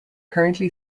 currently